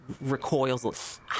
recoils